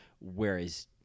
whereas